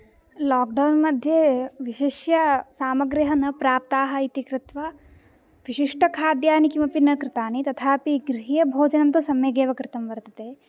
lockdown मध्ये विशिष्य सामग्र्यः न प्राप्ताः इति कृत्वा विशिष्टखाद्यानि किमपि न कृतानि तथापि गृहे भोजनं तु सम्यगेव कृतं वर्तते